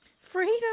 Freedom